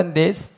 days